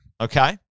Okay